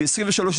ב-23',